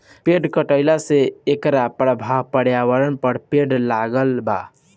पेड़ कटईला से एकर प्रभाव पर्यावरण पर पड़े लागल बा